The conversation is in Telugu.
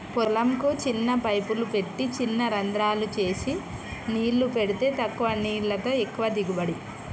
పొలం కు చిన్న పైపులు పెట్టి చిన రంద్రాలు చేసి నీళ్లు పెడితే తక్కువ నీళ్లతో ఎక్కువ దిగుబడి